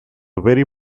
very